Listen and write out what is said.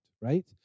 right